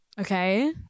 Okay